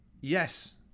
Yes